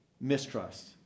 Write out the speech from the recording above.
mistrust